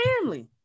family